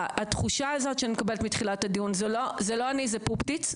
התחושה הזאת שאני מקבלת מתחילת הדיון היא: "זה לא אני זה פופטיץ.